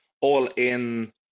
all-in